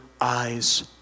eyes